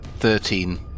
Thirteen